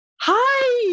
Hi